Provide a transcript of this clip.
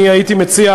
אני הייתי מציע,